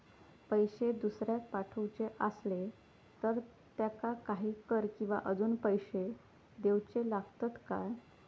पैशे दुसऱ्याक पाठवूचे आसले तर त्याका काही कर किवा अजून पैशे देऊचे लागतत काय?